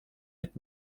wird